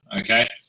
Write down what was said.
Okay